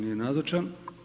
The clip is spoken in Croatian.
Nije nazočan.